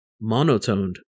monotoned